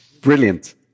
Brilliant